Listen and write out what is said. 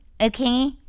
okay